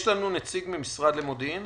יש לנו נציג מהמשרד למודיעין?